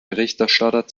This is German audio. berichterstatter